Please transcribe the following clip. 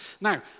Now